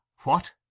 what